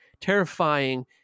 terrifying